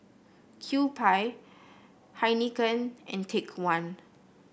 Kewpie Heinekein and Take One